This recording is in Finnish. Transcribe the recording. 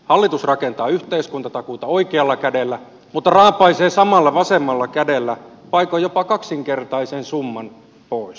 hallitus rakentaa yhteiskuntatakuuta oikealla kädellä mutta raapaisee samalla vasemmalla kädellä paikoin jopa kaksinkertaisen summan pois